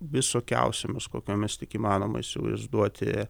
visokiausiomis kokiomis tik įmanoma įsivaizduoti